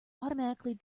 automatically